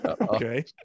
Okay